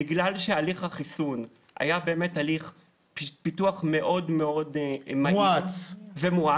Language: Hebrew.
בגלל שהליך החיסון היה באמת הליך פיתוח מאוד מאוד מהיר ומואץ,